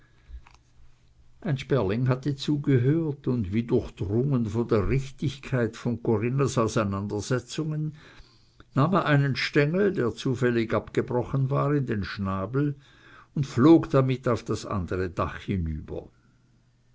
ein sperling hatte zugehört und wie durchdrungen von der richtigkeit von corinnas auseinandersetzungen nahm er einen stengel der zufällig abgebrochen war in den schnabel und flog damit auf das andere dach hinüber